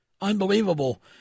Unbelievable